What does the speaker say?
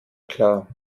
klar